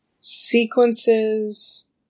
sequences